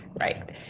right